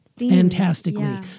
Fantastically